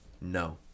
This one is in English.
No